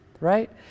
right